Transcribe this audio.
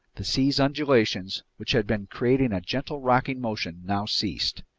the sea's undulations, which had been creating a gentle rocking motion, now ceased.